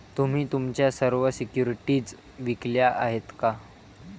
तुम्ही तुमच्या सर्व सिक्युरिटीज विकल्या आहेत का?